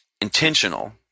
intentional